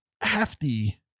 hefty